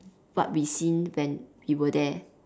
what we seen when we were there